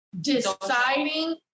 deciding